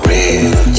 Real